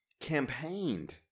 campaigned